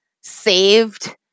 saved